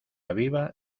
aviva